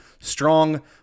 strong